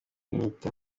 mwita